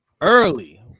early